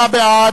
28 בעד,